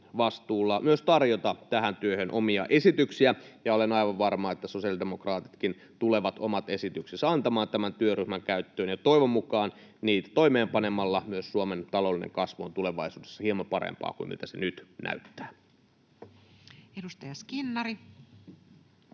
vastuulla tarjota tähän työhön myös omia esityksiä, ja olen aivan varma, että sosiaalidemokraatitkin tulevat omat esityksensä antamaan tämän työryhmän käyttöön. Toivon mukaan niitä toimeenpanemalla myös Suomen talouden kasvu on tulevaisuudessa hieman parempaa kuin miltä se nyt näyttää. [Speech